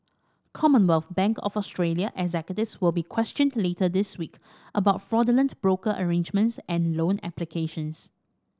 Commonwealth Bank of Australia executives will be questioned later this week about fraudulent broker arrangements and loan applications